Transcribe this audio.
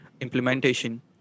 implementation